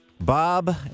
Bob